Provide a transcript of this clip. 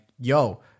yo